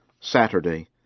Saturday